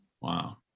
Wow